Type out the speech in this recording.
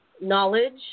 knowledge